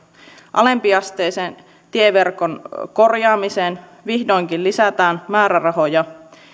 alempiasteisen tieverkon korjaamiseen vihdoinkin lisätään määrärahoja